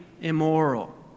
immoral